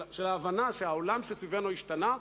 של ההבנה שהעולם שסביבנו השתנה,